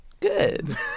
Good